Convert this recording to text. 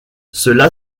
cela